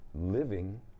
living